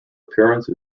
appearance